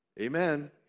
amen